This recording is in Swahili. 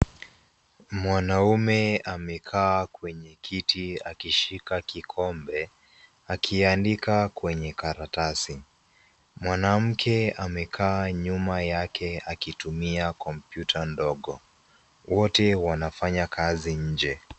Mwanaume amekaa kwenye kiti akishika kikombe akiandika kwenye karatasi. Mwanamke amekaa nyuma yake akitumia kompyuta ndogo. Wote wanafanya kazi nje.